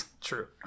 true